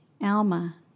Alma